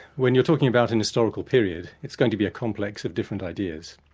when you're talking about an historical period, it's going to be a complex of different ideas.